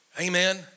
Amen